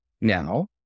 Now